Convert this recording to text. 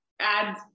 add